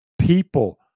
people